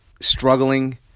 struggling